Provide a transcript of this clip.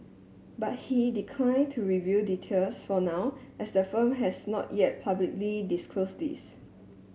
but he declined to reveal details for now as the firm has not yet publicly disclosed these